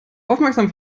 aufmerksam